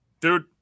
Dude